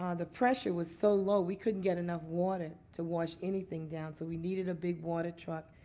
um the pressure was so low we couldn't get enough water to wash anything down. so we needed a big water truck.